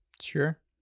Sure